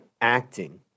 acting